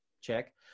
check